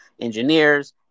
engineers